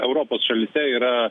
europos šalyse yra